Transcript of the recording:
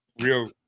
real